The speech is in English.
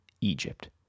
Egypt